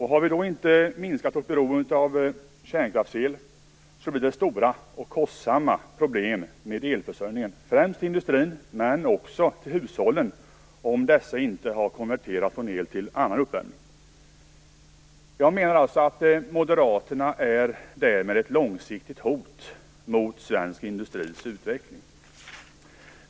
Har vi då inte minskat vårt beroende av kärnkraftsel blir det stora och kostsamma problem med elförsörjningen, främst i industrin, men också för hushållen om dessa inte har konverterat från el till annan uppvärmning. Jag menar att Moderaterna därmed är ett långsiktigt hot mot svensk industris utveckling.